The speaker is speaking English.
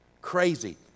crazy